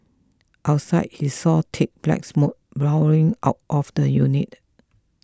outside he saw thick black smoke billowing out of the unit